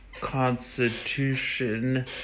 Constitution